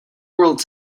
world